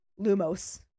lumos